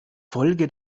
folge